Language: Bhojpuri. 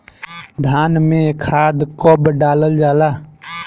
धान में खाद कब डालल जाला?